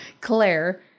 Claire